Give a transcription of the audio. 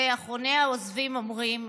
ואחרוני העוזבים אומרים: